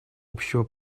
общего